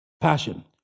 Passion